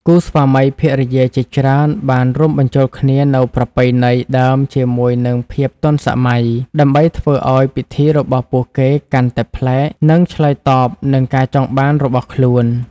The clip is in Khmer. គូស្វាមីភរិយាជាច្រើនបានរួមបញ្ចូលគ្នានូវប្រពៃណីដើមជាមួយនឹងភាពទាន់សម័យ ដើម្បីធ្វើឱ្យពិធីរបស់ពួកគេកាន់តែប្លែក និងឆ្លើយតបនឹងការចង់បានរបស់ខ្លួន ។